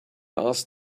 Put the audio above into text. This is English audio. asked